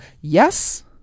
yes